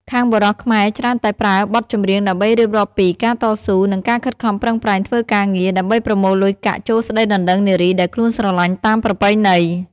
ខាងបុរសខ្មែរច្រើនតែប្រើបទចម្រៀងដើម្បីរៀបរាប់ពី "ការតស៊ូ" និង "ការខិតខំប្រឹងប្រែងធ្វើការងារ" ដើម្បីប្រមូលលុយកាក់ចូលស្តីដណ្តឹងនារីដែលខ្លួនស្រឡាញ់តាមប្រពៃណី។